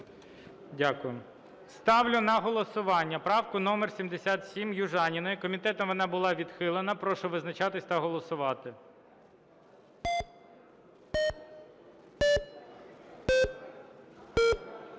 Дякую. Ставлю на голосування правку номер 77 Южаніної. Комітетом вона була відхилена. Прошу визначатись та голосувати.